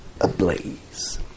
ablaze